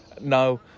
No